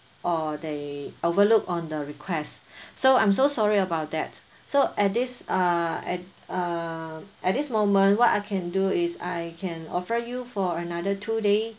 or they overlooked on the request so I'm so sorry about that so at this uh at uh at this moment what I can do is I can offer you for another two day